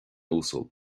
uasal